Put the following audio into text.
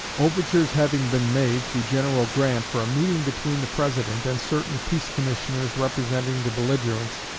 overtures having been made, through general grant, for a meeting between the president and certain peace commissioners representing the belligerents,